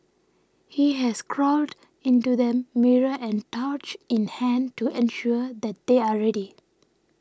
he has crawled into them mirror and torch in hand to ensure that they are ready